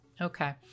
Okay